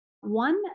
One